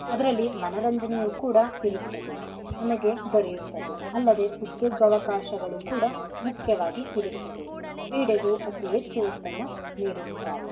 ಅದರಲ್ಲಿ ಮನರಂಜನೆಯೂ ಕೂಡ ಇರುತ್ತದೆ ನಮಗೆ ದೊರೆಯುತ್ತದೆ ಅಲ್ಲದೇ ಉದ್ಯೋಗಾವಕಾಶಗಳು ಕೂಡ ಮುಖ್ಯವಾಗಿ ಇರುತ್ತದೆ ಕ್ರೀಡೆಗೂ ಅತಿ ಹೆಚ್ಚು ಒತ್ತನ್ನು ನೀಡಿರುತ್ತಾರೆ